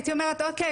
הייתי אומרת אוקיי.